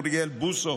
אוריאל בוסו,